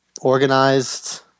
organized